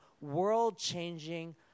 world-changing